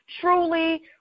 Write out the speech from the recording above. truly